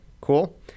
cool